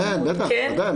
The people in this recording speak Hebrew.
כן, בטח, וודאי.